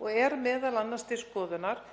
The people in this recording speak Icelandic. og er m.a. til skoðunar